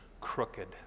crooked